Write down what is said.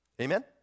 Amen